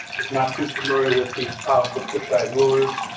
not too familiar with these powerful kushite rulers.